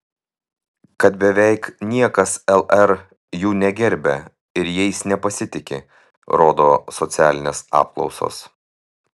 kad beveik niekas lr jų negerbia ir jais nepasitiki rodo socialinės apklausos